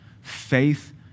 Faith